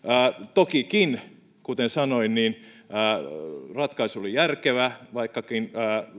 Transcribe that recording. tokikin kuten sanoin ratkaisu oli järkevä vaikkakaan